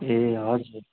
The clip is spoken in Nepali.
ए हजुर